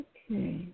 Okay